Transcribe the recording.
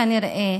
כנראה,